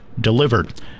delivered